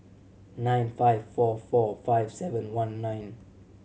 nine five four four five seven one nine